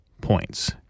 points